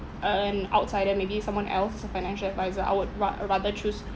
an outsider maybe someone else as a financial adviser I would ra~ rather choose